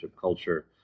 culture